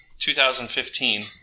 2015